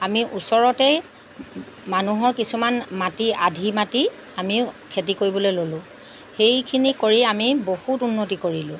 আমি ওচৰতেই মানুহৰ কিছুমান মাটি আধি মাটি আমি খেতি কৰিবলৈ ল'লোঁ সেইখিনি কৰি আমি বহুত উন্নতি কৰিলোঁ